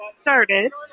started